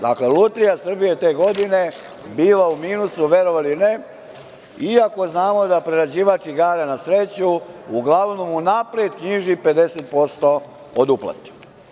Dakle, „Lutrija Srbije“ te godine, bila je u minusu, verovali ili ne, iako znamo da priređivač igara na sreću uglavnom unapred knjiži 50% od uplate.